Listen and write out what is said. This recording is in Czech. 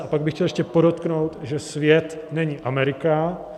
A pak bych chtěl ještě podotknout, že svět není Amerika.